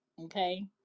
okay